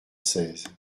seize